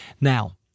Now